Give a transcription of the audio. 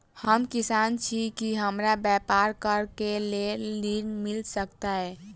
हम किसान छी की हमरा ब्यपार करऽ केँ लेल ऋण मिल सकैत ये?